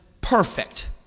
perfect